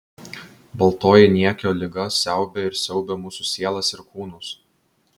baltoji niekio liga siaubė ir siaubia mūsų sielas ir kūnus